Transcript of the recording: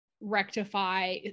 rectify